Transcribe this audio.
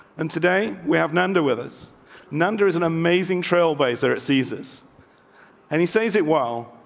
and today we have an under withers number is an amazing trailblazer. it seizes and he say's it. well,